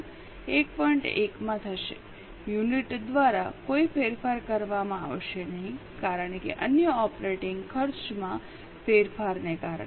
1 માં થશે યુનિટ દ્વારા કોઈ ફેરફાર કરવામાં આવશે નહીં કારણ કે અન્ય ઓપરેટિંગખર્ચમાં ફેરફારને કારણે